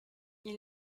ils